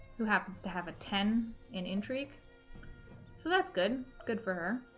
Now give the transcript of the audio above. who happens to have a ten in intrigue so that's good good for her